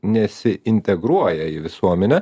nesiintegruoja į visuomenę